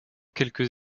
quelques